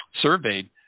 surveyed